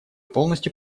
полностью